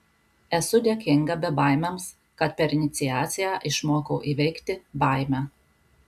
esu dėkinga bebaimiams kad per iniciaciją išmokau įveikti baimę